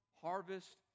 harvest